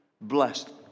blessed